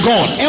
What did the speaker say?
God